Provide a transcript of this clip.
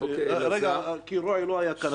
אתה מודע